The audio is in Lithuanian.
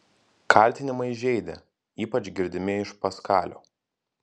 kaltinimai žeidė ypač girdimi iš paskalio